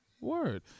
Word